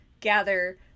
gather